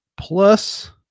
plus